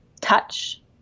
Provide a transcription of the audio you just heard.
touch